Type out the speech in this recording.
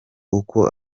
uko